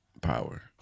power